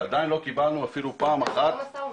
ועדיין לא קיבלנו אפילו פעם אחת